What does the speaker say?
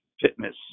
fitness